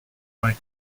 vingt